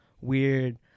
weird